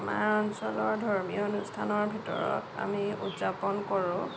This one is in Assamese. আমাৰ অঞ্চলৰ ধৰ্মীয় অনুষ্ঠানৰ ভিতৰত আমি উদযাপন কৰোঁ